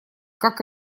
как